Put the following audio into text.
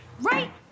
Right